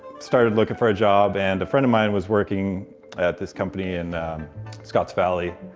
started looking for a job, and a friend of mine was working at this company in scotts valley.